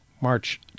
March